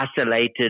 isolated